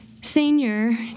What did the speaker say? senior